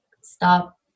stop